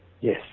Yes